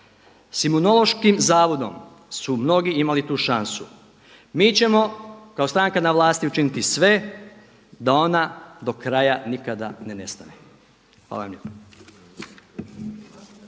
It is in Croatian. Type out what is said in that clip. S Imunološkim zavodom su mnogi imali tu šansu. Mi ćemo kao stranka na vlasti učiniti sve da ona do kraja nikada ne nestane. Hvala vam lijepa.